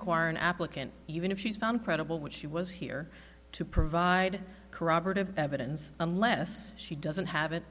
require an applicant even if she's found credible which she was here to provide corroborative evidence unless she doesn't have it